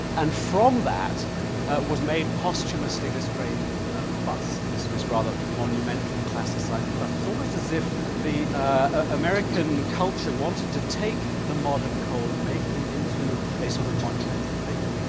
and from that was made, posthumously, this great bust, this this rather monumental classicising bust. it's almost as if the american culture wanted to take the modern cole and make him into a sort of monumental figure.